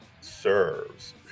serves